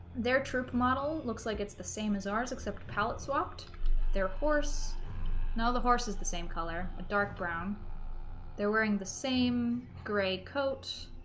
their troop model looks like it's the same as ours except a pallet swapped their horse now the horse is the same color a dark brown they're wearing the same grade coat